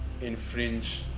infringe